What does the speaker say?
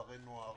כפרי נוער,